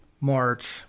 March